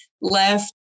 left